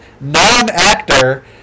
non-actor